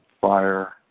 fire